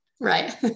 right